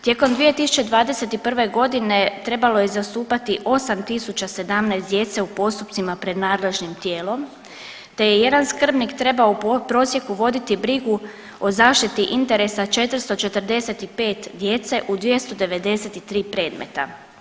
Tijekom 2021. godine trebalo je zastupati 8017 djece u postupcima pred nadležnim tijelom, te je jedan skrbnik trebao u prosjeku voditi brigu o zaštiti interesa 445 djece u 293 predmeta.